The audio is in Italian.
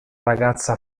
ragazza